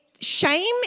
shame